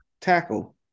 tackle